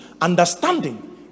understanding